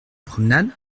promenade